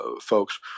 folks